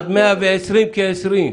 עד 120, כעשרים.